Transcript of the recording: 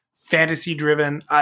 fantasy-driven